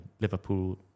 Liverpool